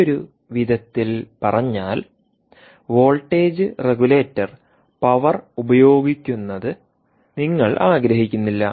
മറ്റൊരു വിധത്തിൽ പറഞ്ഞാൽ വോൾട്ടേജ് റെഗുലേറ്റർ പവർ ഉപയോഗിക്കുന്നത് നിങ്ങൾ ആഗ്രഹിക്കുന്നില്ല